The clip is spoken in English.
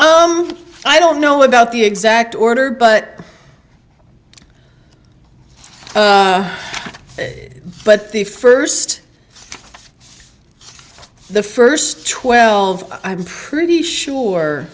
that i don't know about the exact order but but the first the first twelve i'm pretty sure